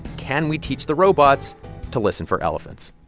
can we teach the robots to listen for elephants?